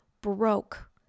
broke